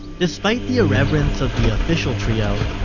despite the irreverence of the official trio,